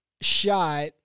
shot